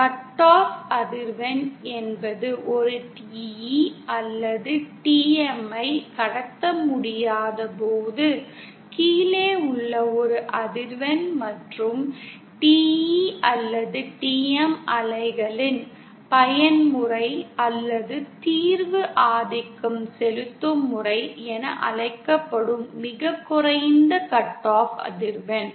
cut off அதிர்வெண் என்பது ஒரு TE அல்லது TM ஐ கடத்த முடியாத போது கீழே உள்ள ஒரு அதிர்வெண் மற்றும் TE அல்லது TM அலைகளின் பயன்முறை அல்லது தீர்வு ஆதிக்கம் செலுத்தும் முறை என அழைக்கப்படும் மிகக் குறைந்த கட் ஆஃப் அதிர்வெண்